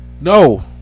No